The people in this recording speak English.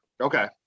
Okay